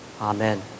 Amen